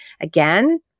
again